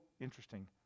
interesting